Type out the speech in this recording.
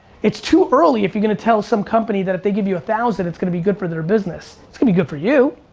it's too early if you're gonna tell some company that if they give you a thousand, it's gonna be good for their business. it's gonna be good for you.